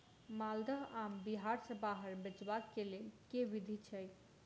माल्दह आम बिहार सऽ बाहर बेचबाक केँ लेल केँ विधि छैय?